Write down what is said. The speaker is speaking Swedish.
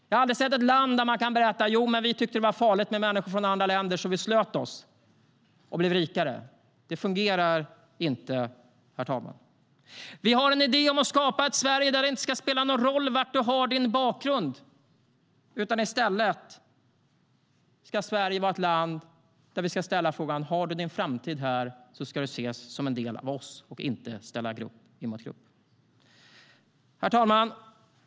Jag har aldrig sett ett land där de berättar att de tyckte att det var farligt med människor från andra länder, så de slöt sig och blev rikare. Vi har en idé om att skapa ett Sverige där det inte ska spela någon roll var du har din bakgrund. I stället ska Sverige säga: Har du din framtid här ska du ses som en del av oss. Vi ska inte ställa grupp emot grupp. Herr talman!